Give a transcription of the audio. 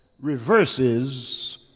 reverses